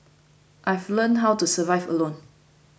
I've learnt how to survive alone